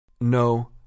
No